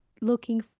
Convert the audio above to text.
looking